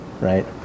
right